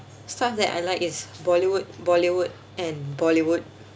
stuff that I like is bollywood bollywood and bollywood